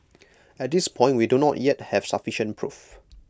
at this point we do not yet have sufficient proof